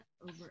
over